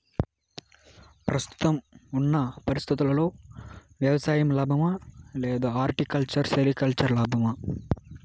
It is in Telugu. ప్రస్తుతం ఉన్న పరిస్థితుల్లో వ్యవసాయం లాభమా? లేదా హార్టికల్చర్, సెరికల్చర్ లాభమా?